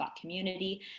community